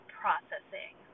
processing